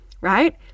right